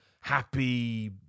happy